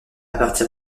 partir